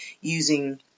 using